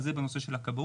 זה בנושא של הכבאות.